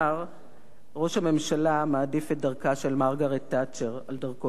ראש הממשלה מעדיף את דרכה של מרגרט תאצ'ר על דרכו של ז'בוטינסקי,